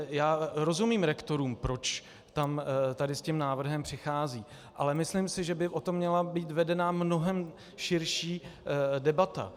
Já rozumím rektorům, proč tady s tím návrhem přicházejí, ale myslím si, že by o tom měla být vedena mnohem širší debata.